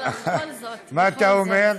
מה אתה אומר?